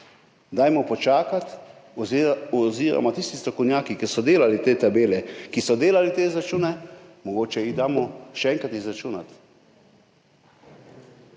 zašli, počakajmo oziroma tisti strokovnjaki, ki so delali te tabele, ki so delali te izračune, mogoče jih še enkrat izračunajmo.